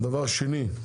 שנית,